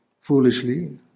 foolishly